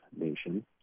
nation